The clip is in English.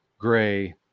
gray